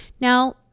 Now